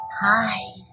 Hi